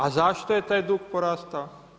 A zašto je taj dug porastao?